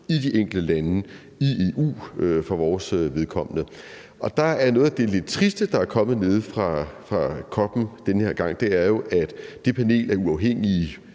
i de enkelte lande og for vores vedkommende i EU. Og noget af det lidt triste, der er kommet nede fra COP'en den her gang, er jo, at det panel af uafhængige